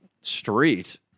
street